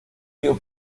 río